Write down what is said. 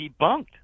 debunked